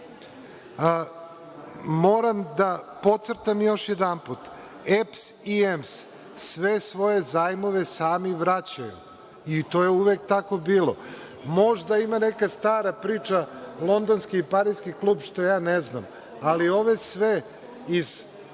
da podcrtam još jedanput, EPS i EMS sve svoje zajmove sami vraćaju, i to je uvek tako bilo. Možda ima neka stara priča Londonski i Pariski klub, što ja ne znam, ali ove sve iz